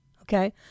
okay